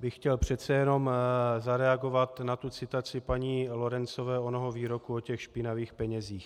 bych chtěl přece jenom zareagovat na citaci paní Lorencové, onoho výroku o špinavých penězích.